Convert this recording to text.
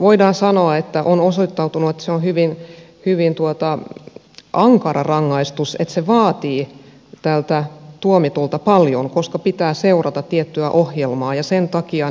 voidaan sanoa että on osoittautunut että se on hyvin ankara rangaistus että se vaatii tuomitulta paljon koska pitää seurata tiettyä ohjelmaa ja sen takia